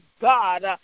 God